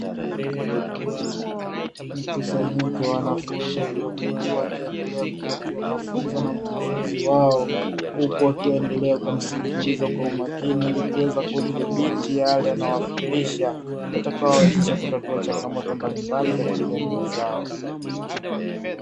Mkusanyiko wa wanafunzi wa vyuo vikuu wakiendelea wakiendelea kupewa mafunzo na mkufunzi wao. Huku wakiendelea kumsikiliza kwa umakini ili kuweze kudhibiti yale anayowafundisha yatakayowawezeaha kutatua changamoto mbalimbali katika jamii zao.